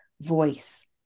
voice